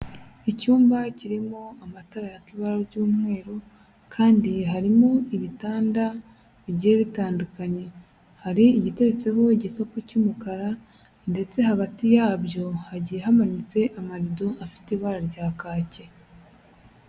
Icyumba kirimo amatara yaka ibara ry'umweru, kandi harimo ibitanda bigiye bitandukanye, hari igiteretseho igikapu cy'umukara, ndetse hagati yabyo hagiye hamanitse amarido afite ibara rya kake.